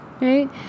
right